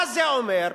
מה זה אומר?